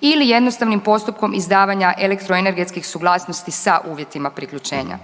ili jednostavnim postupkom izdavanja elektroenergetskih suglasnosti sa uvjetima priključenja.